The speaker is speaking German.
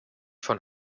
von